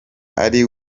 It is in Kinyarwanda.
ari